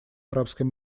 арабском